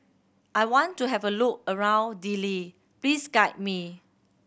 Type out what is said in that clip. I want to have a look around Dili please guide me